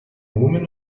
woman